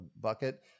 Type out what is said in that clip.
bucket